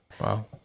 Wow